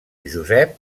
josep